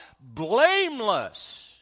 blameless